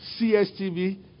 CSTV